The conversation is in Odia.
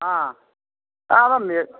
ହଁ ଆମ